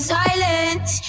silence